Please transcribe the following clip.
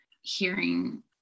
hearing